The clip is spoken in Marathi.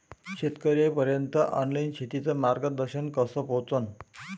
शेतकर्याइपर्यंत ऑनलाईन शेतीचं मार्गदर्शन कस पोहोचन?